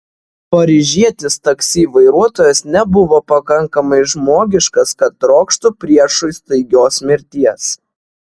paryžietis taksi vairuotojas nebuvo pakankamai žmogiškas kad trokštų priešui staigios mirties